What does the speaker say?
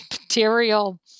material